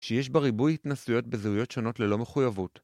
שיש בריבוי התנסויות בזהויות שונות ללא מחויבות.